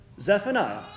Zephaniah